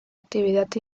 actividad